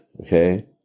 okay